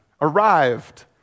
Arrived